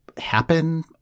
Happen